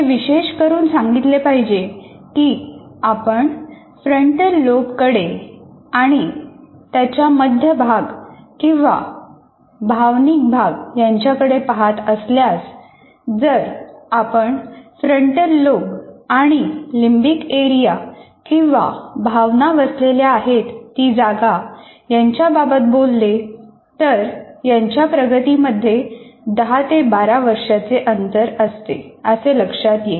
हे विशेष करून सांगितले पाहिजे की आपण फ्रंटल लोबकडे आणि त्याचा मध्य भाग किंवा भावनिक भाग यांच्याकडे पहात असल्यास जर आपण फ्रंटल लोब आणि लिम्बिक एरिया किंवा भावना वसलेल्या आहेत ती जागा यांच्याबाबत बोलले तर यांच्या प्रगतीमध्ये दहा ते बारा वर्षांचे अंतर आहे असे लक्षात येईल